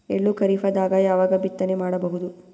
ಎಳ್ಳು ಖರೀಪದಾಗ ಯಾವಗ ಬಿತ್ತನೆ ಮಾಡಬಹುದು?